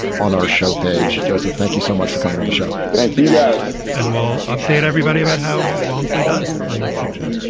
on our show page justto thank you so much for coming on the show thank you, guys. and we'll update everybody about how walmsley does on next week's show